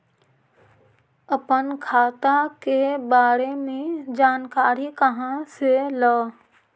अपन खाता के बारे मे जानकारी कहा से ल?